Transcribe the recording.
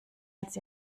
als